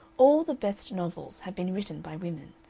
all the best novels have been written by women,